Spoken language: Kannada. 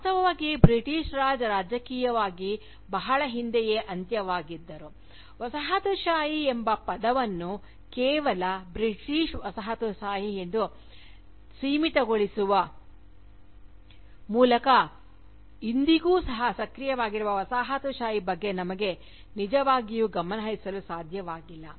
ವಾಸ್ತವವಾಗಿ ಬ್ರಿಟಿಷ್ ರಾಜ್ ರಾಜಕೀಯವಾಗಿ ಬಹಳ ಹಿಂದೆಯೇ ಅಂತ್ಯವಾಗಿದರು ವಸಾಹತುಶಾಹಿ ಎಂಬ ಪದವನ್ನು ಕೇವಲ ಬ್ರಿಟಿಷ್ ವಸಾಹತುಶಾಹಿ ಎಂದು ಸೀಮಿತಗೊಳಿಸುವ ಮೂಲಕ ಇಂದಿಗೂ ಸಹ ಸಕ್ರಿಯವಾಗಿರುವ ವಸಾಹತುಶಾಹಿ ಬಗ್ಗೆ ನಮಗೆ ನಿಜವಾಗಿಯೂ ಗಮನಹರಿಸಲು ಸಾಧ್ಯವಾಗಿಲ್ಲ